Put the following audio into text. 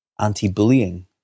anti-bullying